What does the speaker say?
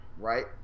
Right